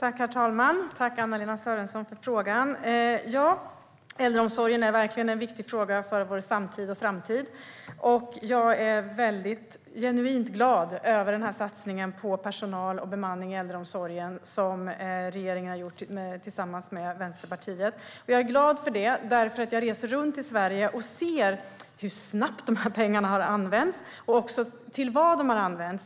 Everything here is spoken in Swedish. Herr talman! Jag tackar Anna-Lena Sörenson för frågan. Äldreomsorgen är verkligen en viktig fråga för vår samtid och framtid, och jag är genuint glad över den satsning på personal och bemanning i äldreomsorgen som regeringen har gjort tillsammans med Vänsterpartiet. Jag är glad över den eftersom jag reser runt i Sverige och ser hur snabbt pengarna har använts - och till vad.